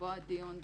לקבוע דיון בתקנות.